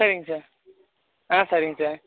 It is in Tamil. சரிங்க சார் ஆ சரிங்க சார்